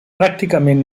pràcticament